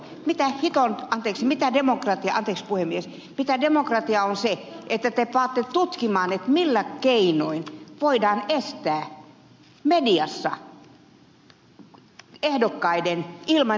mitä hiton anteeksi puhemies demokratiaa on se että te panette tutkimaan millä keinoin voidaan estää mediassa ehdokkaiden ilmainen julkisuus